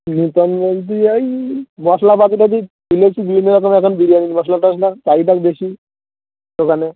return বলতে ওই মশলাপাতি টাতি ছিল কি বিভিন্ন রকম এখন বিরিয়ানির মশলা টশলার চাহিদাই বেশি দোকানে